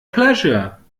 pleasure